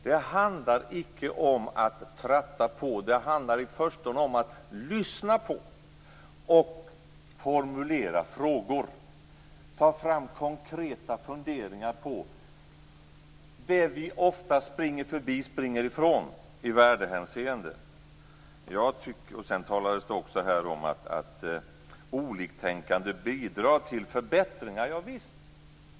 Det handlar icke om att tratta på, utan det handlar i förstone om att lyssna på och formulera frågor, om att ta fram konkreta funderingar om det vi i värdehänseende oftast springer förbi/springer ifrån. Vidare har det här talats om att oliktänkande bidrar till förbättringar. Javisst.